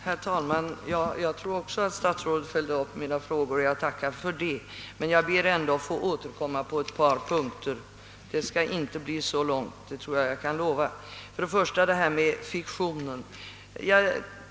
Herr talman! Också jag tror att herr statsrådet följde upp mina frågor och jag tackar för detta. Jag ber emellertid ändå att få återkomma på ett par punkter — jag tror mig kunna lova att inte bli långrandig. Jag vill för det första ta upp frågan om fiktionen.